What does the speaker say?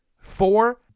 Four